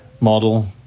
model